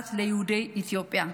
ובפרט ליהודי אתיופיה.